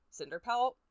cinderpelt